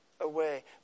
away